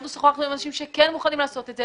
אנחנו שוחחנו עם אנשים שכן מוכנים לעשות את זה,